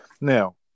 Now